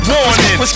Warning